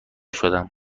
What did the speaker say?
شدم